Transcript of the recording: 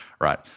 right